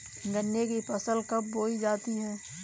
गन्ने की फसल कब बोई जाती है?